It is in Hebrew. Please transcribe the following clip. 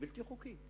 היא בלתי חוקית,